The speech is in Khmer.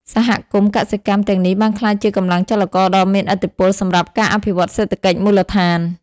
សហគមន៍កសិកម្មទាំងនេះបានក្លាយជាកម្លាំងចលករដ៏មានឥទ្ធិពលសម្រាប់ការអភិវឌ្ឍសេដ្ឋកិច្ចមូលដ្ឋាន។